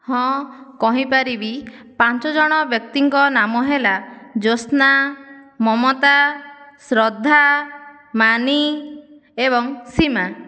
ହଁ କହିପାରିବି ପାଞ୍ଚ ଜଣ ବ୍ୟକ୍ତିଙ୍କ ନାମ ହେଲା ଜ୍ୟୋତ୍ସ୍ନା ମମତା ଶ୍ରଦ୍ଧା ମାନି ଏବଂ ସୀମା